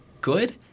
good